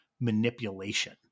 manipulation